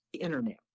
Internet